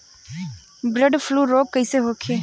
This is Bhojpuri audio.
बर्ड फ्लू रोग कईसे होखे?